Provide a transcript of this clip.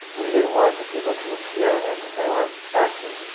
we didn't want the people to appear as if they were acting.